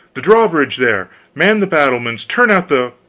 the drawbridge, there! man the battlements turn out the